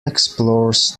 explores